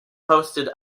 hosted